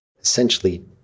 essentially